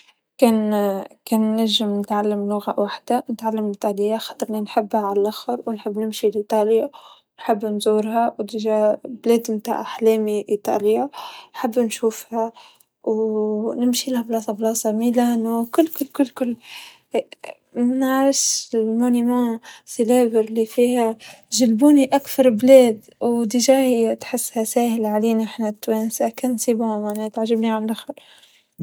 ا أنا آبي أتعلم كل اللغات لكن في الوقت الحالي أنا من عشاق إيطاليا بتمنى زورها يعني أعتقد إن اللغة الإيطالية راح تاخذ النصيب الأكبر من إهتمامي لو-لو فيني أتعلمها فورا أعتقد الإيطالية نعم.